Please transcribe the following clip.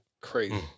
Crazy